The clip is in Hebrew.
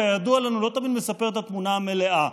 כידוע לנו, לא תמיד מספר את התמונה המלאה,